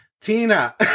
Tina